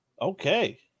Okay